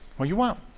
well, you won't,